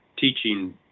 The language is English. teaching